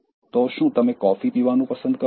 તો શું તમે કોફી પીવાનું પસંદ કરો છો